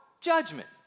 judgment